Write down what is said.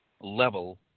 level